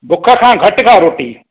बुख खां घटि खाउ रोटी